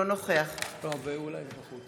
אינו נוכח